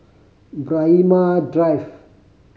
Braemar Drive